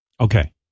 Okay